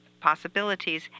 possibilities